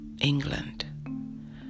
England